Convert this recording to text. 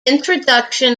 introduction